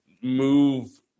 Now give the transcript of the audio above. move